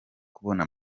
kubona